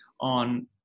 on